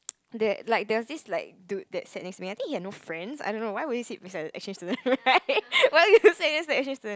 there like there was this like dude that sat next to me I think he had no friends I don't know why would he sit beside to a exchange student right why do you sit beside a exchange student